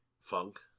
Funk